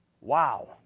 Wow